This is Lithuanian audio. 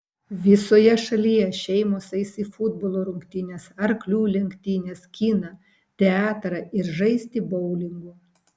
visoje šalyje šeimos eis į futbolo rungtynes arklių lenktynes kiną teatrą ir žaisti boulingo